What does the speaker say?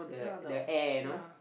yeah the o~ yeah